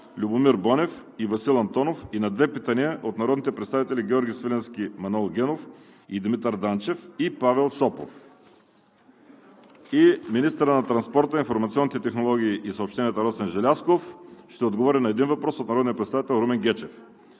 Любомир Бонев; и Васил Антонов; и на две питания от народните представители Георги Свиленски, Манол Генов и Димитър Данчев; и Павел Шопов. 8. Министърът на транспорта, информационните технологии и съобщенията Росен Желязков ще отговори на един въпрос от народния представител Румен Гечев.